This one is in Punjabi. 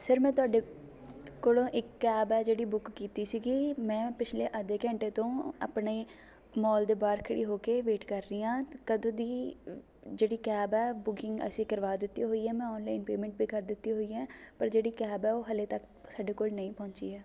ਸਰ ਮੈਂ ਤੁਹਾਡੇ ਕੋਲੋਂ ਇੱਕ ਕੈਬ ਹੈ ਜਿਹੜੀ ਬੁੱਕ ਕੀਤੀ ਸੀਗੀ ਮੈਂ ਪਿਛਲੇ ਅੱਧੇ ਘੰਟੇ ਤੋਂ ਆਪਣੇ ਮੋਲ ਦੇ ਬਾਹਰ ਖੜੀ ਹੋ ਕੇ ਵੇਟ ਕਰ ਰਹੀ ਹਾਂ ਕਦੋਂ ਦੀ ਜਿਹੜੀ ਕੈਬ ਹੈ ਬੁਕਿੰਗ ਅਸੀਂ ਕਰਵਾ ਦਿੱਤੀ ਹੋਈ ਆ ਮੈਂ ਔਨਲਾਇਨ ਪੇਮੇਂਟ ਵੀ ਕਰ ਦਿੱਤੀ ਹੋਈ ਆ ਪਰ ਜਿਹੜੀ ਕੈਬ ਹੈ ਉਹ ਹਲੇ ਤੱਕ ਸਾਡੇ ਕੋਲ ਨਹੀਂ ਪੁਹੰਚੀ ਹੈ